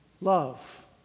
love